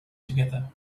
together